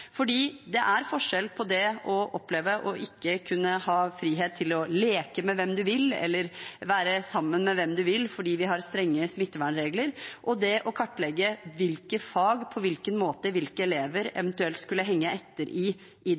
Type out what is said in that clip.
det er forskjell på det å oppleve å ikke kunne ha frihet til å leke med hvem man vil, eller være sammen med hvem man vil fordi vi har strenge smittevernregler, og det å kartlegge hvilke fag – på hvilken måte, hvilke elever – en eventuelt skulle henge etter i, i